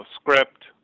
script